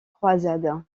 croisade